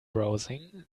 browsing